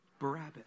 Barabbas